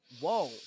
whoa